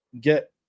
get